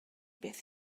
beth